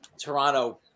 Toronto